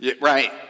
right